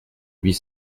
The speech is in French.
huit